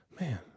Man